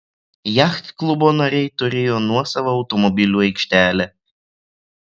jachtklubo nariai turėjo nuosavą automobilių aikštelę